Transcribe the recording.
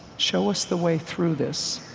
show us the way through this.